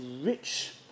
rich